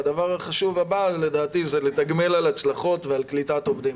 דבר שלישי זה לתגמל הצלחות וקליטת עובדים.